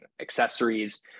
accessories